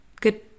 good